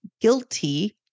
guilty